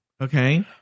okay